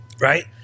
right